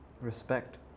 Respect